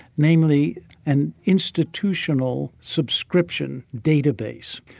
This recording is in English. namely an institutional subscription database.